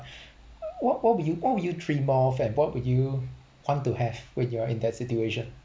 what what would you what would you dream of and what would you want to have when you are in that situation